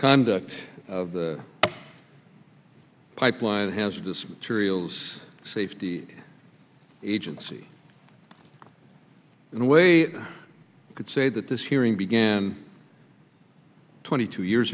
conduct of the pipeline hazardous materials safety agency in a way you could say that this hearing began twenty two years